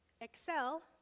excel